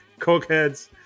cokeheads